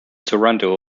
toronto